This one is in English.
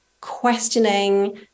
questioning